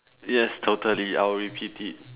yes totally I will repeat it